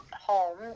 home